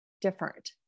different